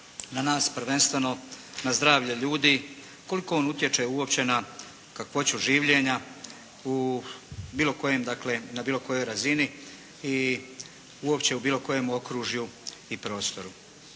na nas prvenstveno na zdravlje ljudi, koliko on utječe uopće na kakvoću življenja u bilo kojem, dakle na bilo kojoj razini i uopće u bilo kojem okružju i prostoru.